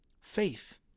Faith